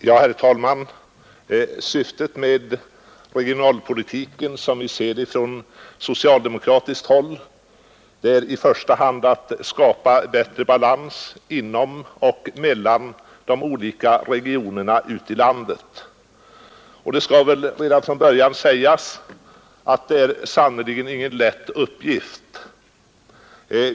Herr talman! Syftet med regionalpolitiken, som vi ser det från socialdemokratiskt håll, är i första hand att skapa bättre balans inom och mellan de olika regionerna ute i landet. Det bör väl redan från början sägas att detta sannerligen inte är någon lätt uppgift.